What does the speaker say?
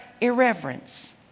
irreverence